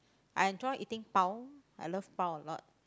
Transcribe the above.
I enjoy eating pau I love pau a lot